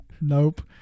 Nope